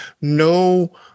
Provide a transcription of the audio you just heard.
no